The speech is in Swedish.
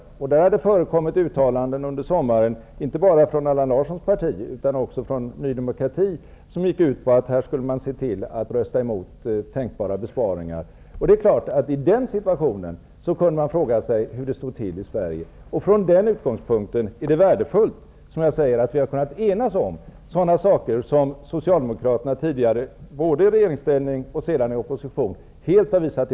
Det har under sommaren förekommit uttalanden -- inte bara från Allan Larssons parti utan också från Ny demokrati -- som gick ut på att man skulle se till att rösta emot tänkbara besparingar. I den situationen kan man naturligtvis fråga sig hur det står till i Sverige. Mot den bakgrunden är det värdefullt att vi har kunnat enas i sådana frågor som Socialdemokraterna tidigare -- både i regeringsställning och opposition -- helt har avvisat.